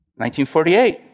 1948